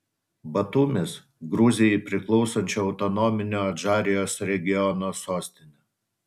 batumis gruzijai priklausančio autonominio adžarijos regiono sostinė